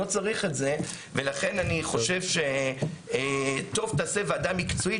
לא צריך את זה ולכן אני חושב שטוב תעשה ועדה מקצועית